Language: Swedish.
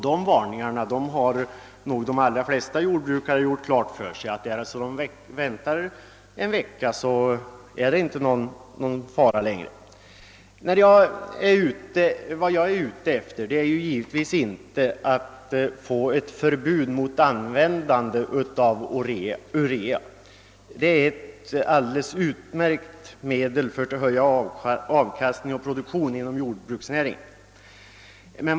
De allra flesta jordbrukare har nog ändå gjort klart för sig att om de väntar en vecka så är det inte någon fara längre. Vad jag är ute efter är givetvis inte att få ett förbud mot användning av urea, ty det är ett alldeles utmärkt medel för att öka avkastningen inom jordbruksnäringen.